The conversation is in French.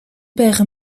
père